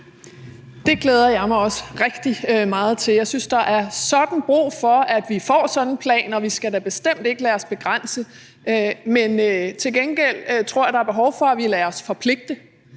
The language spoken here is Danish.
Det glæder jeg mig også rigtig meget til. Jeg synes sådan, der er brug for, at vi får sådan en plan, og vi skal da bestemt ikke at lade os begrænse. Men til gengæld tror jeg, der er behov for, at vi lader os forpligte